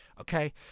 okay